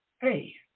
hey